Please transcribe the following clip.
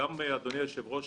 אדוני היושב-ראש,